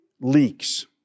leaks